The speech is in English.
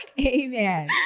amen